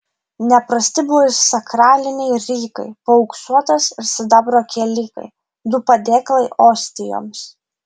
neprasti buvo ir sakraliniai rykai paauksuotas ir sidabro kielikai du padėklai ostijoms